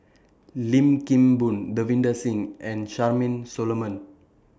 Lim Kim Boon Davinder Singh and Charmaine Solomon